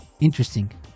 interesting